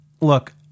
look